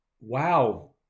wow